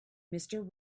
mister